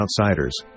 outsiders